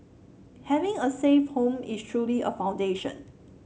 having a safe home is truly a foundation